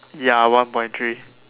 ya one point three